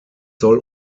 soll